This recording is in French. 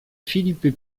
philippe